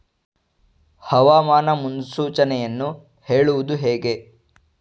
ಹವಾಮಾನ ಮುನ್ಸೂಚನೆಯನ್ನು ಹೇಳುವುದು ಹೇಗೆ?